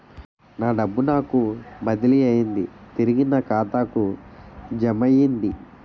నా డబ్బు నాకు బదిలీ అయ్యింది తిరిగి నా ఖాతాకు జమయ్యింది